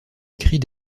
écrits